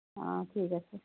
অ' ঠিক আছে